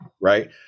Right